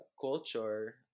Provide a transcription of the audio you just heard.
culture